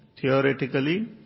theoretically